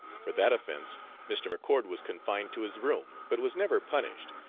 for that offence mr. mccord was confined to his room, but was never punished,